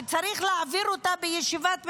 שצריך לעביר אותה בישיבת ממשלה,